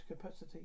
capacity